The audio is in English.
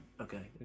Okay